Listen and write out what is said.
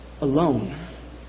alone